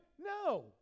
No